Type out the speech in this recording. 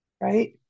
right